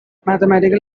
mathematical